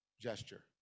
gesture